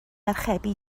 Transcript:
archebu